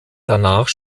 danach